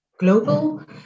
Global